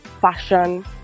fashion